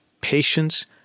patience